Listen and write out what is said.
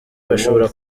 bashobora